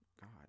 god